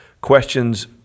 questions